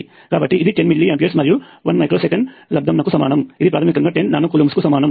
కాబట్టి ఇది 10 milliamperes మరియు 1 మైక్రో సెకన్లు యొక్క లబ్దము అవుతుంది ఇది ప్రాథమికంగా 10 నానో కూలంబ్స్ కు సమానము